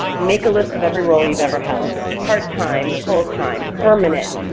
make a list of every role you've ever held. part-time, full-time, permanent,